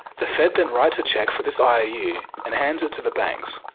the fed then writes a check for this iou and hands it to the banks.